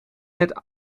het